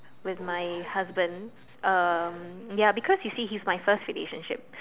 with my husband um ya because you see he's my first relationship